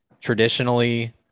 Traditionally